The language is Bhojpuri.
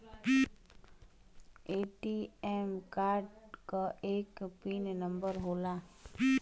ए.टी.एम कार्ड क एक पिन नम्बर होला